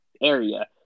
area